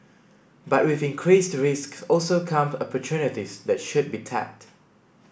but with increased risks also come opportunities that should be tapped